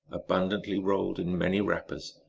abundantly rolled in many wrappers,